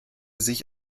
sich